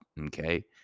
okay